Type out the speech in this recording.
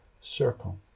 circle